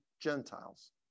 Gentiles